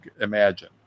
imagine